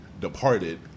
departed